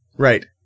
Right